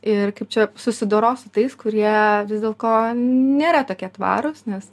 ir kaip čia susidoros su tais kurie vis dėl ko nėra tokie tvarūs nes